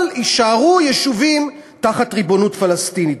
אבל יישארו יישובים תחת ריבונות פלסטינית.